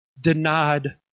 denied